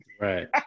Right